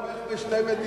אתה תומך בשתי מדינות,